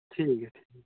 ठीक ऐ जी